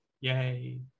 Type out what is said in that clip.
Yay